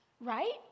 right